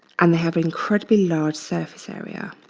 and they have incredibly large surface area.